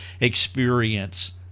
experience